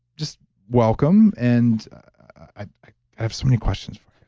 just welcome. and i have so many questions for